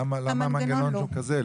למה המנגנון הוא כזה,